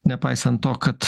nepaisant to kad